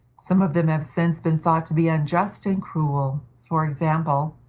some of them have since been thought to be unjust and cruel. for example,